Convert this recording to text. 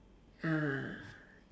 ah